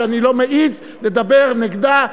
שאני לא מעז לדבר נגדה,